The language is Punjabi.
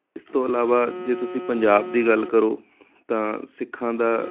ਇਸ ਤੋਂ ਇਲਾਵਾ ਜੇ ਤੁਸੀਂ ਪੰਜਾਬ ਦੀ ਗੱਲ ਕਰੋ ਤਾਂ ਸਿੱਖਾਂ ਦਾ